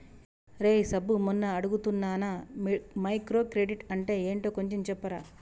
రేయ్ సబ్బు మొన్న అడుగుతున్నానా మైక్రో క్రెడిట్ అంటే ఏంటో కొంచెం చెప్పరా